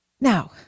Now